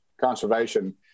conservation